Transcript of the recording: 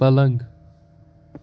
پلنٛگ